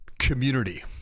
Community